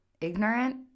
Ignorant